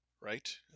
right